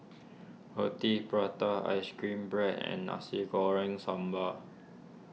Roti Prata Ice Cream Bread and Nasi Goreng Sambal